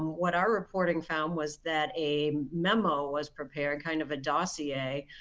what our reporting found was that a memo was prepared, kind of a dossier,